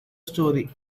story